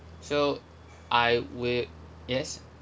so I wi~ yes